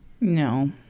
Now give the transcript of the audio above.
No